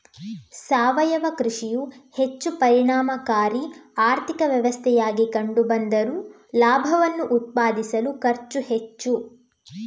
ಸಾವಯವ ಕೃಷಿಯು ಹೆಚ್ಚು ಪರಿಣಾಮಕಾರಿ ಆರ್ಥಿಕ ವ್ಯವಸ್ಥೆಯಾಗಿ ಕಂಡು ಬಂದರೂ ಲಾಭವನ್ನು ಉತ್ಪಾದಿಸಲು ಖರ್ಚು ಹೆಚ್ಚು